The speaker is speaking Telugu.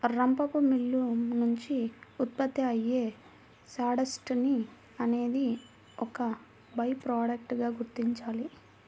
రంపపు మిల్లు నుంచి ఉత్పత్తి అయ్యే సాడస్ట్ ని అనేది ఒక బై ప్రొడక్ట్ గా గుర్తించాలి